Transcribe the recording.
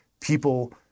people